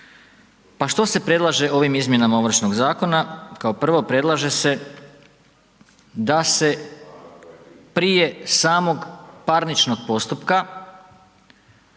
Pa što se predlaže ovim izmjenama Ovršnog zakona? Kao prvo predlaže se da se prije samog parničnog postupka